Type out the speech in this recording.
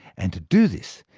and to do this,